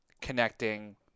connecting